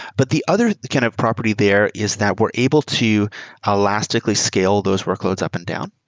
but the other kind of property there is that we're able to elastically scale those workloads up and down.